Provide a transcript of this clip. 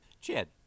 Chad